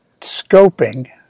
scoping